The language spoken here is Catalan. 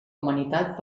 humanitat